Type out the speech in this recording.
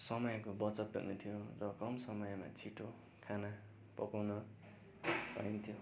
समयको बचत हुने थियो र कम समयमा छिटो खाना पकाउन पाइन्थ्यो